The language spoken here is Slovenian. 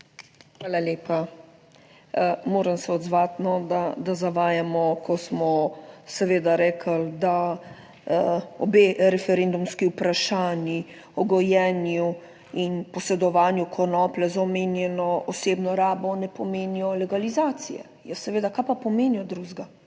Hvala lepa. Moram se odzvati, da zavajamo, ko smo seveda rekli, da obe referendumski vprašanji o gojenju in posedovanju konoplje za omenjeno osebno rabo ne pomenijo legalizacije. Ja seveda, kaj pa pomenijo drugega?